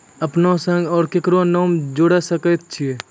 अपन संग आर ककरो नाम जोयर सकैत छी?